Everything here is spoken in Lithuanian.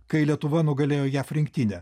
kai lietuva nugalėjo jav rinktinę